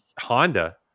Honda